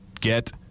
get